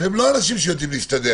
ולא יודעים להסתדר.